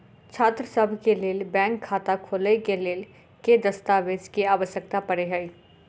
छात्रसभ केँ लेल बैंक खाता खोले केँ लेल केँ दस्तावेज केँ आवश्यकता पड़े हय?